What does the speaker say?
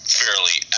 fairly